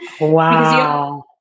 Wow